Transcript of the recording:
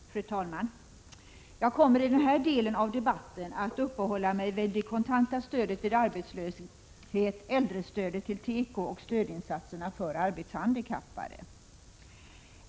Fru talman! Jag kommer i den här delen av debatten att uppehålla mig vid det kontanta stödet vid arbetslöshet, äldrestödet till teko och stödinsatserna för arbetshandikappade.